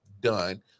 done